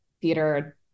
theater